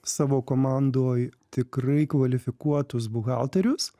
savo komandoj tikrai kvalifikuotus buhalterius